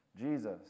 Jesus